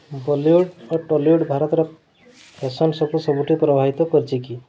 Bollywood ଓ ଟଲିଉଡ଼୍ ଭାରତର fashion ସୋ'କୁ ସବୁଠୁ ପ୍ରଭାବିତ କରିଛି କି